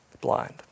blind